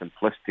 simplistic